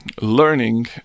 learning